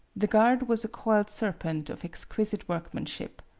the guard was a coiled ser pent of exquisite workmanship.